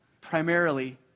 primarily